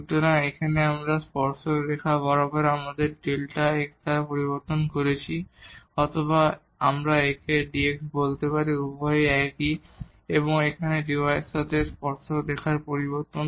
সুতরাং এটি এখানে টানজেন্ট রেখা বরাবর আমরা এখানে Δ x দ্বারা পরিবর্তন করেছি অথবা আমরা একে dx বলতে পারি উভয়ই একই এবং এখানে dy এর সাথে টানজেন্ট রেখার পরিবর্তন